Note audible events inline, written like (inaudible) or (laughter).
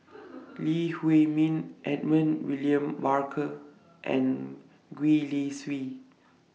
(noise) Lee Huei Min Edmund William Barker and Gwee Li Sui